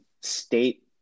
state